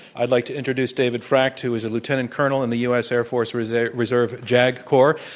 i'd like to introduce david frakt who is a lieutenant colonel in the u. s. air force reserve reserve jag corps.